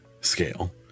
scale